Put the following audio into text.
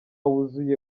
wuzuye